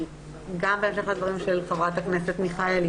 בהמשך לדבריה של חברת הכנסת מיכאלי,